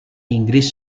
inggris